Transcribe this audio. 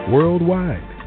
Worldwide